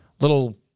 little